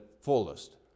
fullest